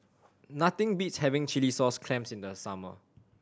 nothing beats having chilli sauce clams in the summer